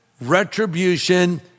retribution